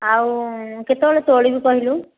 ଆଉ କେତେବେଳେ ତୋଳିବି କହିଲୁ